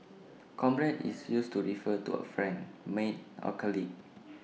comrade is used to refer to A friend mate or colleague